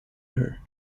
her